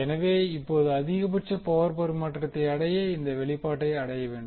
எனவே இப்போது அதிகபட்ச பவர் பரிமாற்றத்தை அடைய இந்த வெளிப்பாட்டை அடையவேண்டும்